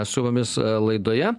su mumis a laidoje